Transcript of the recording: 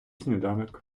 сніданок